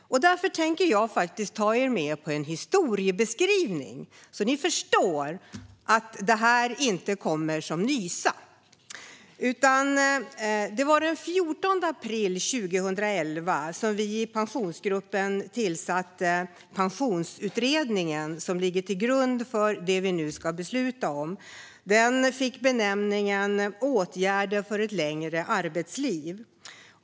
Därför tänker jag ta er med på en historieskrivning, så att ni förstår att detta inte kommer som nysa. Det var den 14 april 2011 som vi i Pensionsgruppen tillsatte Pensionsåldersutredningen, vars betänkande ligger till grund för det vi nu ska besluta om. Ganska precis två år senare var utredningen klar.